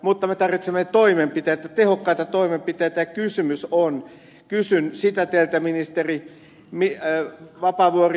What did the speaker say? mutta me tarvitsemme tehokkaita toimenpiteitä ja kysyn teiltä ministeri vapaavuori